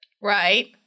Right